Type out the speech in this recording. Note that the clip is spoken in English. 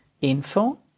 info